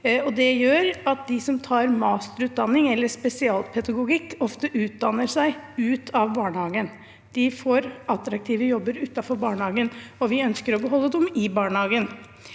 Det gjør at de som tar masterutdanning eller spesialpedagogikk, ofte utdanner seg ut av barnehagen. De får attraktive jobber utenfor barnehagen, og vi ønsker å beholde dem i barnehagen.